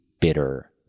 bitter